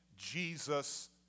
Jesus